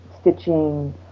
stitching